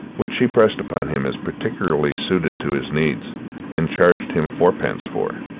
which she pressed upon him as particularly suited to his needs and charged him fourpence for.